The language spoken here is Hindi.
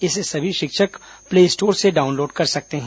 इसे सभी शिक्षक प्ले स्टोर से डाउनलोड कर सकते है